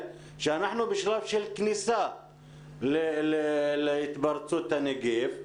שאנחנו בשלב של כניסה לשלב של התפרצות הנגיף.